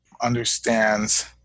understands